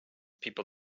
people